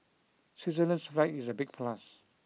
Switzerland's flag is a big plus